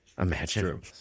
imagine